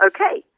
Okay